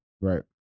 Right